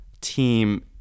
Team